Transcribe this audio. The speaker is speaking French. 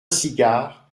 cigare